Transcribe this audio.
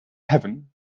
heaven